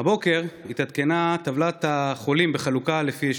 הבוקר התעדכנה טבלת החולים בחלוקה לפי יישובים.